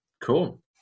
Cool